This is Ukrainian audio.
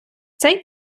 цей